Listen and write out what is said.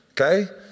Okay